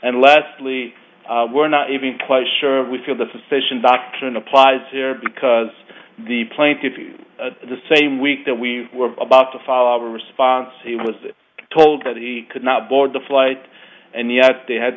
and leslie we're not even quite sure we feel the physician doctrine applies here because the plaintiffs the same week that we were about to follow our response he was told that he could not board the flight and yet they had